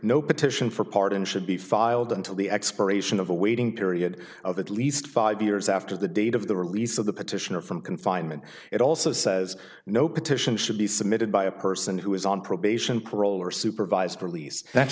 no petition for pardon should be filed until the expiration of a waiting period of at least five years after the date of the release of the petitioner from confinement it also says no petition should be submitted by a person who is on probation parole or supervised release that